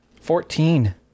Fourteen